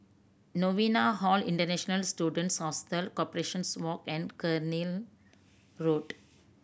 Novena Hall International Students Hostel Corporations Walk and Cairnhill Road